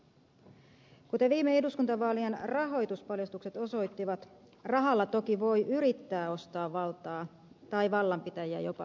kuten viime eduskuntavaalien rahoituspaljastukset osoittivat rahalla toki voi yrittää ostaa valtaa tai vallanpitäjiä jopa suomessa